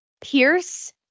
Pierce